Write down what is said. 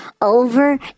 over